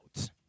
out